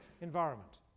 environment